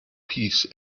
peace